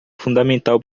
fundamental